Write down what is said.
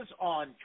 on